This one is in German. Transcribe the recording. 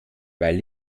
weil